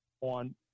on